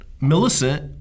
Millicent